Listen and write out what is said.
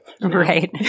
Right